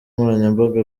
nkoranyambaga